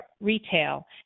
retail